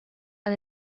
and